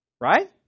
right